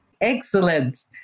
Excellent